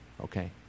okay